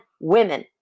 women